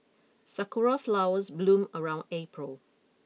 sakura flowers bloom around April